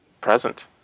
present